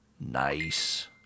Nice